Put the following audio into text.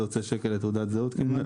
הדיווח יוצא כמעט שקל לתעודת זהות.